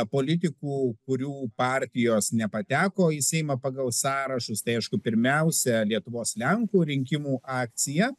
politikų kurių partijos nepateko į seimą pagal sąrašus tai aišku pirmiausia lietuvos lenkų rinkimų akcija